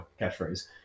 catchphrase